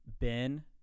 Ben